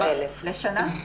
המדויק.